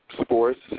sports